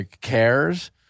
cares